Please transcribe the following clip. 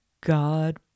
God